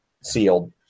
sealed